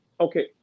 Okay